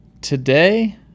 Today